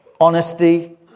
honesty